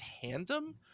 tandem